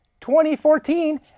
2014